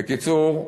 בקיצור,